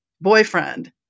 boyfriend